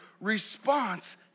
response